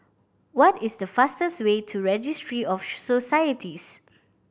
what is the fastest way to Registry of Societies